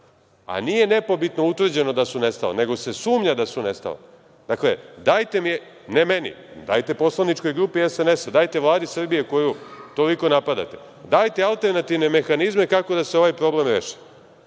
a nije nepobitno utvrđeno da su nestala, nego se sumnja da su nestala? Dakle, dajte mi, ne meni, dajte poslaničkoj grupi SNS, dajte Vladi Srbije, koju toliko napadate, dajte alternativne mehanizme kako da se ovaj problem reši. Ja